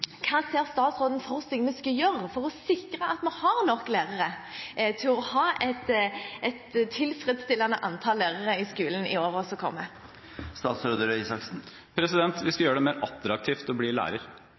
Hva ser statsråden for seg vi skal gjøre for å sikre at vi har et tilfredsstillende antall lærere i skolen i